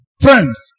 Friends